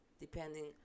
depending